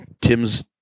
Tim's